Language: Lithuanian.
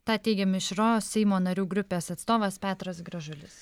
tą teigė mišros seimo narių grupės atstovas petras gražulis